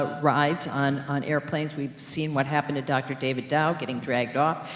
ah rides on, on airplanes. we've seen what happened to dr. david dow getting dragged up.